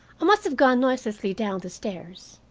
i must have gone noiselessly down the stairs,